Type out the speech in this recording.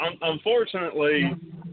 Unfortunately